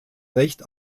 recht